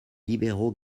libéraux